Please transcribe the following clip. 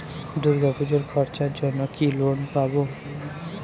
দূর্গাপুজোর খরচার জন্য কি লোন পাব?